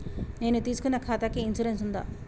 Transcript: నేను తీసుకున్న ఖాతాకి ఇన్సూరెన్స్ ఉందా?